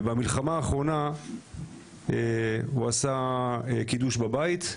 ובמלחמה האחרונה הוא עשה קידוש בבית.